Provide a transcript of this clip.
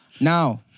Now